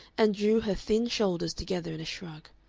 and drew her thin shoulders together in a shrug.